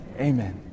Amen